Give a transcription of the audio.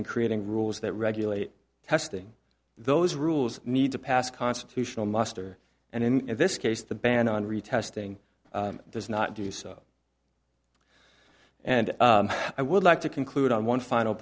in creating rules that regulate testing those rules need to pass constitutional muster and in this case the ban on retesting does not do so and i would like to conclude on one final